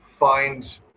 find